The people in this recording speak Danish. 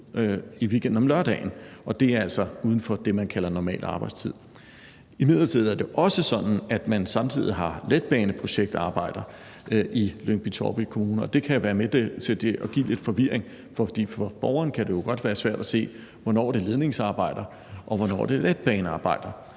7.00-14.00 om lørdagen. Det er altså uden for det, man kalder normal arbejdstid. Det er imidlertid også sådan, at man samtidig har letbaneprojektarbejder i Lyngby-Taarbæk Kommune, og det kan være med til at give lidt forvirring, for for borgeren kan det jo godt være svært at se, hvornår det er ledningsarbejder, og hvornår det er letbanearbejder.